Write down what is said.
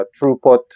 throughput